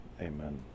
amen